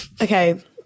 Okay